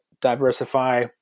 diversify